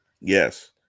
Yes